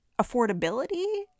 affordability